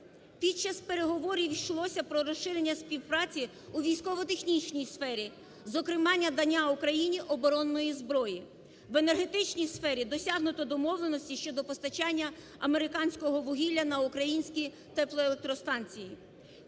Під час переговорів йшлося про розширення співпраці у військово-технічній сфері, зокрема, надання Україні оборонної зброї. В енергетичній сфері досягнуто домовленості щодо постачання американського вугілля на українські теплоелектростанції.